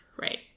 right